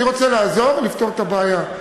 אני רוצה לעזור לפתור את הבעיה.